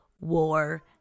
war